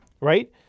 Right